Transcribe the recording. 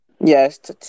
Yes